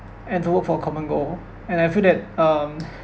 and to work for a common goal and I feel that um